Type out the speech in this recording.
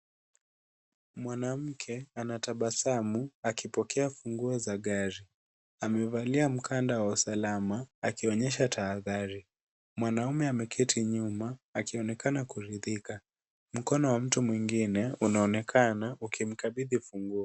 Mwanamke anatabasamu akipokea funguo za gari. Amevalia mkanda wa usalama akionyesha tahadhari. Mwanaume ameketi nyuma akionekana kuridhika. Mkono wa mtu mwingine unaonekana ukimkabidhi funguo.